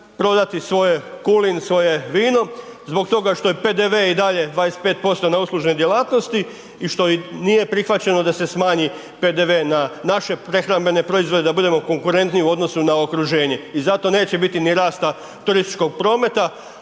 prodati svoje kulen, svoje vino, zbog toga što je PDV i dalje 25% na uslužne djelatnosti i što nije prihvaćeno da se smanji PDV na naše prehrambene proizvode da budemo konkurentniji u odnosu na okruženje i zato neće biti ni rasta turističkog prometa,